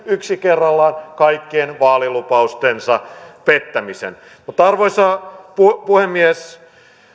yksi kerrallaan kaikkien vaalilupaustensa pettämisen mutta arvoisa puhemies